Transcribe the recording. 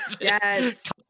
yes